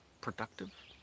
Productive